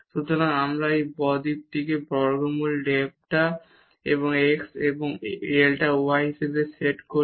সুতরাং আমরা এই ডেল্টাটিকে বর্গমূল ডেল্টা x এবং ডেল্টা y হিসাবে সেট করি